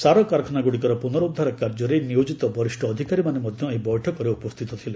ସାରକାରଖାନାଗୁଡ଼ିକର ପୁନରୁଦ୍ଧାର କାର୍ଯ୍ୟରେ ନିୟୋଜିତ ବରିଷ୍ଣ ଅଧିକାରୀମାନେ ମଧ୍ୟ ଏହି ବୈଠକରେ ଉପସ୍ଥିତ ଥିଲେ